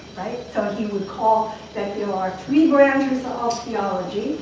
right? so he would call that there are three branches ah of theology